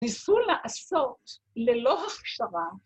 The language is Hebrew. ‫ניסו לעשות ללא הכשרה.